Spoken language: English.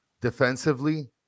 Defensively